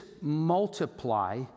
multiply